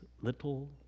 little